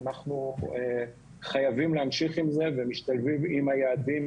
אנחנו חייבים להמשיך עם זה ומשתלבים עם היעדים